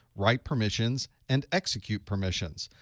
write permissions, and execute permissions.